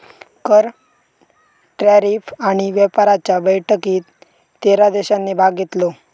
कर, टॅरीफ आणि व्यापाराच्या बैठकीत तेरा देशांनी भाग घेतलो